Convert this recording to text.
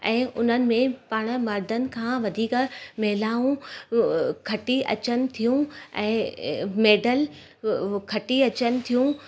ऐं उन्हनि में पाण मर्दनि खां वधीक महिलाऊं खटी अचनि थियूं ऐं मैडल खटी अचनि थियूं